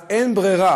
ואז אין ברירה.